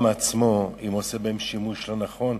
עצמו אם הוא עושה בהן שימוש לא נכון.